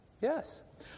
Yes